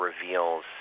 reveals